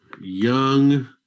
young